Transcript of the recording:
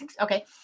Okay